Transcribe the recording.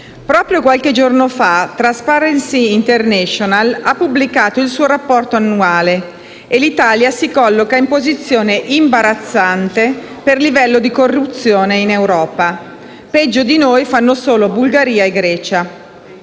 Proprio qualche giorno fa Transparency International ha pubblicato il suo rapporto annuale e l'Italia si colloca in posizione imbarazzante per livello di corruzione in Europa. Peggio di noi fanno solo Bulgaria e Grecia.